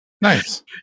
Nice